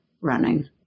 running